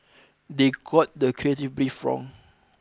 they got the creative brief wrong